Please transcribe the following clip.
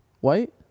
White